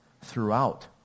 throughout